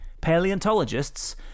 Paleontologists